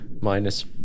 minus